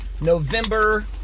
November